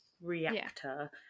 reactor